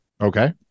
Okay